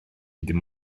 dim